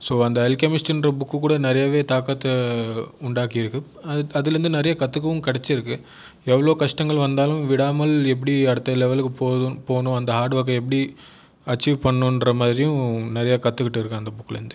so அந்த Alchemist என்ற book கூட நிறையவே தாக்கத்தை உண்டாக்கியிருக்கு அதிலேருந்து நிறைய கற்றுக்கவும் கிடைச்சிருக்குது எவ்வளோ கஷ்டங்கள் வந்தாலும் விடாமல் எப்படி அடுத்த லெவலுக்கு போகணும் அந்த ஹார்டு ஒர்க்கை எப்படி அச்சீவ் பண்ணணுங்ற மாதிரியும் நிறைய கற்றுக்கிட்டு இருக்கிறேன் அந்த புக்கில் இருந்து